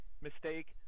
mistake